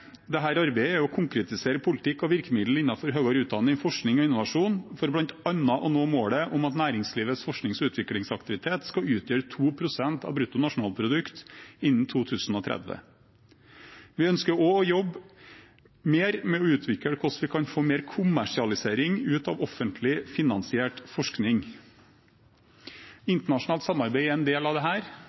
arbeidet er å konkretisere politikk og virkemidler innenfor høyere utdanning, forskning og innovasjon for bl.a. å nå målet om at næringslivets forsknings- og utviklingsaktivitet skal utgjøre 2 pst av bruttonasjonalproduktet innen 2030. Vi ønsker også å jobbe mer med å utvikle hvordan vi kan få mer kommersialisering ut av offentlig finansiert forskning. Internasjonalt samarbeid er en del av